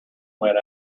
went